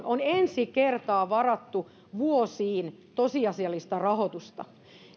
on ensimmäistä kertaa vuosiin varattu tosiasiallista rahoitusta